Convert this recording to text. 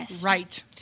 right